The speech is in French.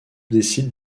décide